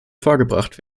vorgebracht